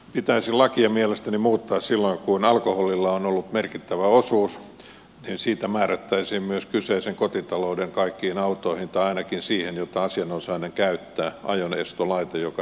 lakia pitäisi mielestäni muuttaa siten että silloin kun alkoholilla on ollut merkittävä osuus siitä määrättäisiin myös kyseisen kotitalouden kaikkiin autoihin tai ainakin siihen jota asianosainen käyttää ajonestolaite joka